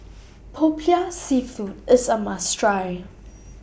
Popiah Seafood IS A must Try